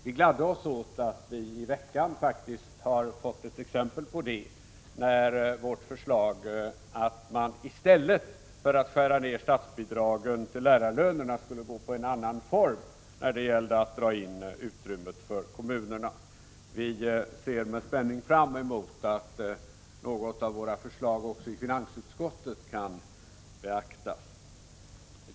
Vi gläder oss åt att vi i veckan fått ett exempel på detta. Det gällde vårt förslag om att man i stället för att skära ned statsbidragen till lärarlönerna skulle välja andra vägar för att minska det ekonomiska utrymmet för kommunerna. Vi ser med spänning fram emot att också något av våra förslag i finansutskottet kan beaktas.